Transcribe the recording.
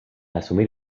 asumir